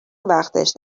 وقتش